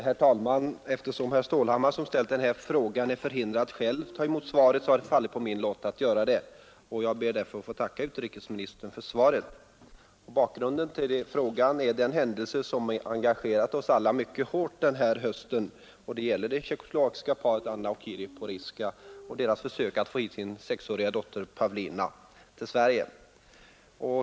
Herr talman! Herr Stålhammar, som ställt denna fråga, är förhindrad att själv ta emot svaret och det har fallit på min lott att göra det. Jag ber att få tacka herr utrikesministern för svaret på frågan. Bakgrunden till denna är den händelse som engagerat oss alla mycket hårt den här hösten, nämligen det tjeckoslovakiska paret Anna och Jiri Porizka och deras försök att få sin sexåriga dotter Pavlina till Sverige.